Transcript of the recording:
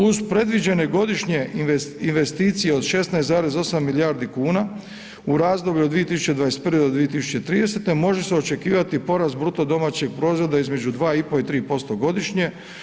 Uz predviđene godišnje investicije od 16,8 milijardi kuna u razdoblju od 2021. do 2030. može se očekivati porast bruto domaćeg proizvoda između 2,5 i 3% godišnje.